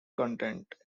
content